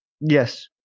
Yes